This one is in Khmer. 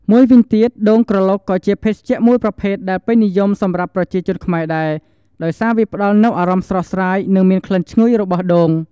មួយវិញទៀត ដូងក្រឡុកក៏ជាភេសជ្ជៈមួយប្រភេទដែលពេញនិយមសម្រាប់ប្រជាជនខ្មែរដែរ ដោយសារវាផ្តល់នូវអារម្មណ៍ស្រស់ស្រាយ និងមានក្លិនឈ្ងុយរបស់ដូង។